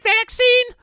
vaccine